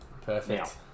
Perfect